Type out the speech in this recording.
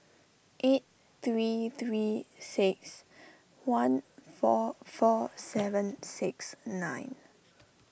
eight three three six one four four seven six nine